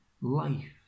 life